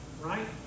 right